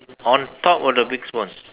on top of the big spoon